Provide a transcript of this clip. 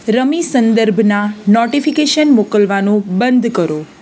રમી સંદર્ભના નોટીફીકેશન મોકલવાનું બંધ કરો